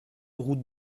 route